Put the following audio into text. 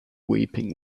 weeping